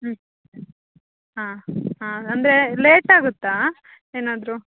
ಹ್ಞೂ ಹಾಂ ಹಾಂ ಅಂದರೆ ಲೇಟ್ ಆಗುತ್ತಾ ಏನಾದರು